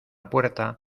puerta